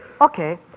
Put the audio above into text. Okay